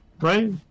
right